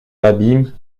l’abîme